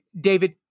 David